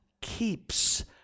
keeps